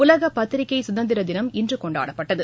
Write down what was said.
உலகபத்திரிகைசுதந்திரதினம் இன்றுகொண்டாடப்பட்டது